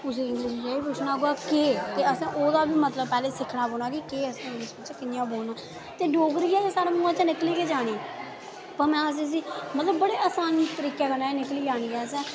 कुसै गी इंगलिश बिच्च एह् बी पुछना होग केह् ते असैं ओह्दा बा मतलव पैह्लें सिक्खनां पौंना कि केह् असैं इंगलिश च कियां बोलना ते डोगरी साढ़ै मूहैं चा निकली गै जानी भामें मतलव बड़े आसान तरीके कन्नै निकली जानी ऐ असैं